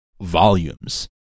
volumes